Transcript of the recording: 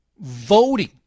voting